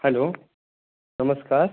hello नमस्कार